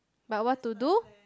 but what to do